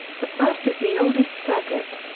the first is the oldest circuit.